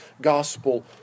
gospel